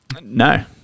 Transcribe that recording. no